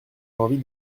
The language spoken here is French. envie